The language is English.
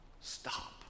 Stop